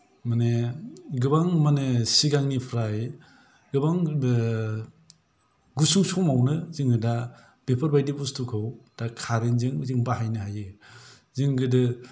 माने गोबां माने सिगांनिफ्राय गोबां गुसु समावनो जोङो दा बेफोरबायदि बुस्तुखौ दा कारेन्त जों जों बाहायनो हायो जों गोदो